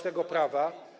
tego prawa.